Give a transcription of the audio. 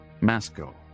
Masco